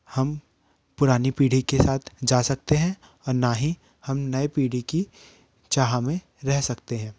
हम पुरानी पीढ़ी के साथ जा सकते हैं और नया ही हम नए पीढ़ी की चाह में रह सकते हैं